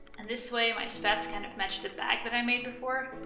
and this way my spats kind of match the bag that i made before.